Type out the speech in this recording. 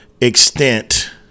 extent